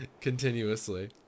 Continuously